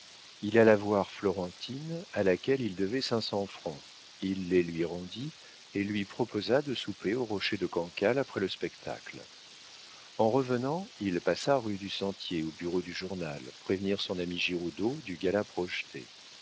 il alla voir florentine à laquelle il devait cinq cents francs il les lui rendit et lui proposa de souper au rocher de cancale après le spectacle en revenant il passa rue du sentier au bureau du journal prévenir son ami giroudeau du gala projeté